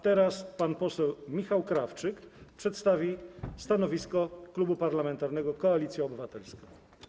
Teraz pan poseł Michał Krawczyk przedstawi stanowisko Klubu Parlamentarnego Koalicja Obywatelska.